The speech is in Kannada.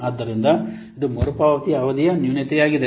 ಆದ್ದರಿಂದ ಇದು ಮರುಪಾವತಿಯ ಅವಧಿಯ ನ್ಯೂನತೆಯಾಗಿದೆ